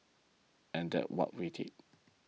and that's what we did